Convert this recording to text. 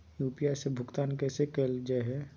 UPI से भुगतान कैसे कैल जहै?